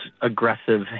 aggressive